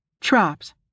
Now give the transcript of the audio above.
Traps